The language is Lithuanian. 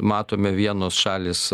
matome vienos šalys